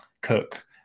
Cook